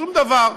שום דבר,